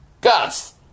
Guts